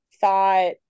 thought